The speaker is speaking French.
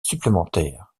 supplémentaires